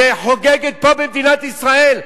שחוגגת פה במדינת ישראל.